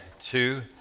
two